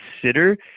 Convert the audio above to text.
consider